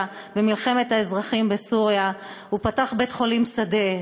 ומלחמת האזרחים בסוריה הוא פתח בית-חולים שדה.